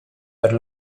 per